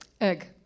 Egg